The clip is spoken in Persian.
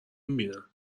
بینم